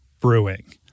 Brewing